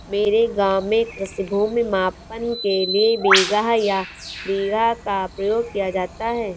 मेरे गांव में कृषि भूमि मापन के लिए बिगहा या बीघा का प्रयोग किया जाता है